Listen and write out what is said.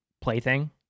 plaything